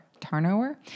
Tarnower